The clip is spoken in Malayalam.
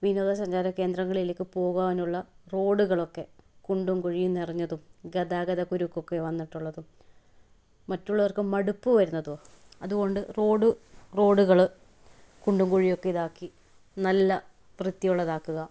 വിനോദസഞ്ചാര കേന്ദ്രങ്ങളിലേക്ക് പോകുവാനുള്ള റോഡുകളൊക്കെ കുണ്ടും കുഴിയും നിറഞ്ഞതും ഗതാഗത കുരുക്കൊക്കെ വന്നിട്ടുള്ളതും മറ്റുള്ളോർക്ക് മടുപ്പ് വരുന്നതോ അതുകൊണ്ട് റോഡ് റോഡുകൾ കുണ്ടും കുഴിം ഒക്കെ ഇതാക്കി നല്ല വൃത്തി ഉള്ളതാക്കുക